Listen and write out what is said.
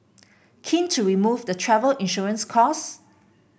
keen to remove the travel insurance costs